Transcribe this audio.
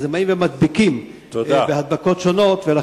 באים ומדביקים בהדבקות שונות.